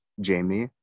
Jamie